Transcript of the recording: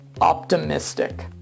optimistic